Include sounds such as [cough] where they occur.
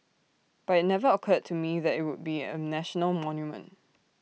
but IT never occurred to me that IT would be A national [noise] monument